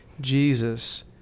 Jesus